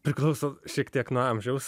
priklauso šiek tiek nuo amžiaus